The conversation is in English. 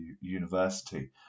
university